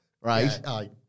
right